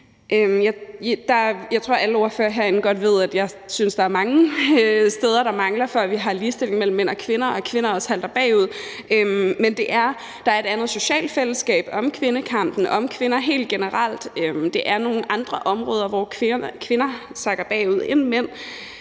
Jeg tror, at alle ordførere herinde godt ved, at jeg synes, at der er mange steder, hvor der mangler noget, før vi har ligestilling mellem mænd og kvinder, og at kvinder også halter bagud, men der er et andet socialt fællesskab om kvindekampen og om kvinder helt generelt – det er nogle andre områder, hvor kvinder sakker bagud i